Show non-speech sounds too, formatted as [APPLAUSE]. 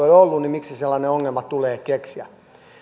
[UNINTELLIGIBLE] ole ollut miksi sellainen ongelma tulee keksiä